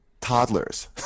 toddlers